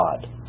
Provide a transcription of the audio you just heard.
God